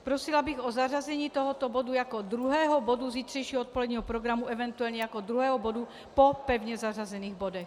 Prosila bych o zařazení tohoto bodu jako druhého bodu zítřejšího odpoledního programu, event. jako druhého bodu po pevně zařazených bodech.